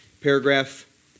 Paragraph